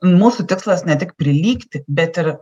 mūsų tikslas ne tik prilygti bet ir